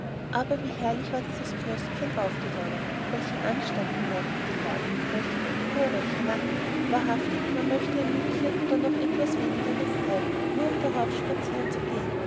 aber wie herrlich war dieses knöspchen aufgegangen welcher anstand bemerkten die herren welche figur welcher nacken wahrhaftig man möchte ein mückchen oder noch etwas wenigeres sein nur um darauf spazieren zu gehen